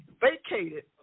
vacated